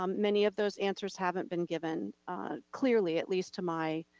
um many of those answers haven't been given clearly, at least to my,